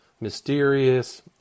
mysterious